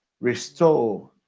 restore